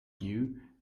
view